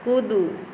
कुदू